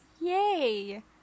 Yay